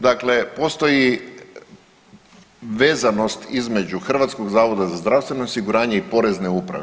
Dakle, postoji vezanost između Hrvatskog zavoda za zdravstveno osiguranje i Porezne uprave.